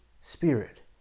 Spirit